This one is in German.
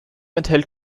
enthält